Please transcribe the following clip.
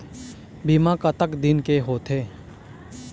बीमा कतक दिन के होते?